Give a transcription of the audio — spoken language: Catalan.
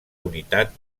unitat